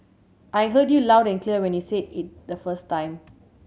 I heard you loud and clear when you said it the first time